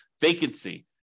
vacancy